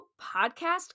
podcast